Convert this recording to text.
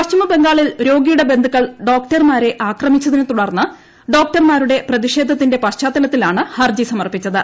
പശ്ചിമബംഗാളിൽ രോഗിയുടെ ബന്ധുക്കൾ ഡോക്ടർമാരെ ആക്രമിച്ചതിനെ ത്ത്ടർന്ന് ഡോക്ടർമാരുടെ പ്രതിഷേധത്തിന്റെ പശ്ചാത്തലത്തിലാണ് ഹർജി സമർപ്പിച്ചത്